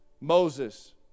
Moses